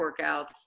workouts